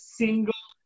single